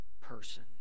person